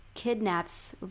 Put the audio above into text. kidnaps